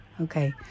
Okay